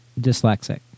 dyslexic